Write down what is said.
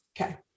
Okay